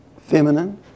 feminine